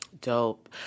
dope